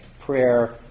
prayer